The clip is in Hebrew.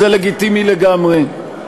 זה לגיטימי לגמרי.